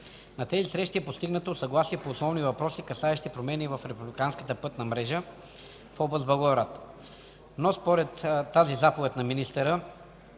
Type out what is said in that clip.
На тези срещи е постигнато съгласие по основни въпроси, касаещи промени в републиканската транспортна схема в област Благоевград, но според тази заповед на министъра